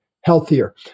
healthier